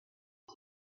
for